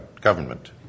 government